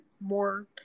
more